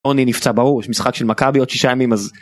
אוני נפצע בראש משחק של מכבי עוד שישה ימים אז.